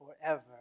forever